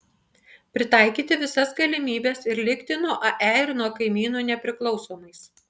pritaikyti visas galimybes ir likti nuo ae ir nuo kaimynų nepriklausomais